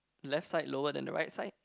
left side lower than the right side